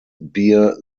bear